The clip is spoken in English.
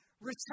Return